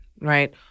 right